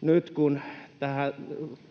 nyt kun